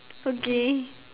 okay